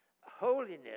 Holiness